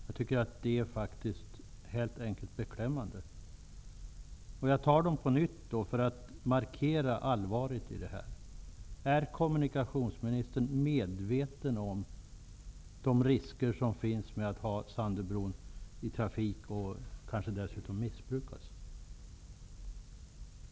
Jag tycker att det är beklämmande, och jag tar dem på nytt för att markera allvaret i dem. Är kommunikationsministern medveten om de risker som finns med att trafikera Sandöbron, som kanske dessutom missbrukas?